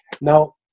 Now